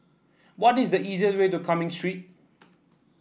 what is the easiest way to Cumming Street